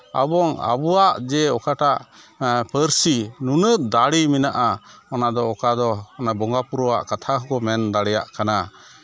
ᱟᱵᱚ ᱟᱵᱚᱣᱟᱜ ᱡᱮ ᱚᱠᱟᱴᱟᱜ ᱯᱟᱹᱨᱥᱤ ᱱᱩᱱᱟᱹᱜ ᱫᱟᱲᱮ ᱢᱮᱱᱟᱜᱼᱟ ᱚᱱᱟ ᱫᱚ ᱚᱠᱟᱫᱚ ᱚᱱᱟ ᱵᱚᱸᱜᱟᱼᱵᱳᱨᱳᱣᱟᱜ ᱠᱟᱛᱷᱟ ᱠᱚ ᱢᱮᱱ ᱫᱟᱲᱮᱭᱟᱜ ᱠᱟᱱᱟ